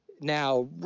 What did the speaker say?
now